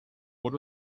what